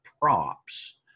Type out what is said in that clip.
props